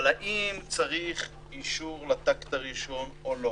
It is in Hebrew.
אבל האם צריך אישור לטקט הראשון או לא?